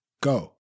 go